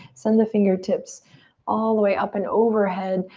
send the fingertips all the way up and overhead.